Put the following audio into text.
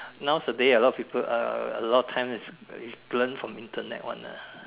nowadays a lot of people a lot time is learn from Internet one ah